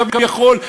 כביכול,